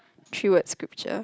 cue word sculpture